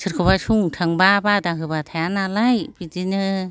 सोरखौबा समाव थांबा बादा होबा थाया नालाय बिदिनो